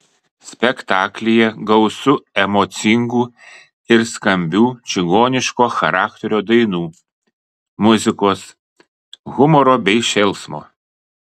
spektaklyje gausu emocingų ir skambių čigoniško charakterio dainų muzikos humoro bei šėlsmo